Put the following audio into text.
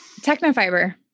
Technofiber